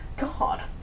God